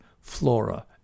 flora